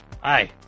hi